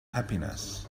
happiness